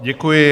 Děkuji.